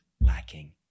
lacking